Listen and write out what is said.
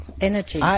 energy